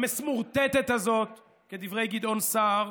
המסמורטטת הזאת, כדברי גדעון סער,